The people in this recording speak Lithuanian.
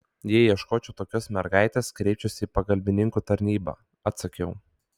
jei ieškočiau tokios mergaitės kreipčiausi į pagalbininkų tarnybą atsakiau